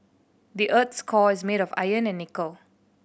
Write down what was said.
the earth's core is made of iron and nickel